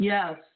Yes